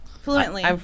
fluently